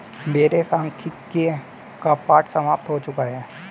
मेरे सांख्यिकी का पाठ समाप्त हो चुका है